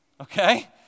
Okay